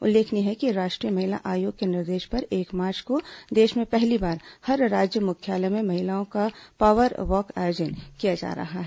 उल्लेखनीय है कि राष्ट्रीय महिला आयोग के निर्देश पर एक मार्च को देश में पहली बार हर राज्य मुख्यालय में महिलाओं का पॉवर वॉक आयोजित किया किया जा रहा है